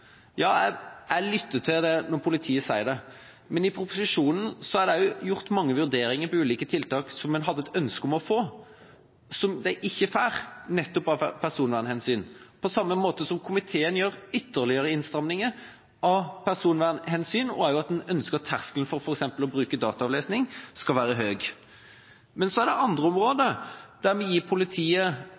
Ja, jeg lytter til det når politiet sier noe. Men i proposisjonen er det gjort mange vurderinger av ulike tiltak som man hadde et ønske om å få, men som man ikke får, nettopp av personvernhensyn. På samme måte gjør komiteen ytterligere innstramninger av personvernhensyn. Man ønsker også at terskelen for f.eks. å bruke dataavlesning skal være høy. Men så er det andre områder der vi gir politiet